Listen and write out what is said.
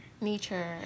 Nature